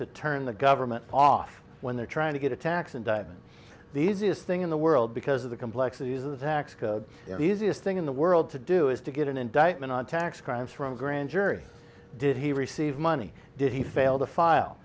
to turn the government off when they're trying to get a tax and i've been the easiest thing in the world because of the complexities of the tax code the easiest thing in the world to do is to get an indictment on tax crimes from a grand jury did he receive money did he fail to file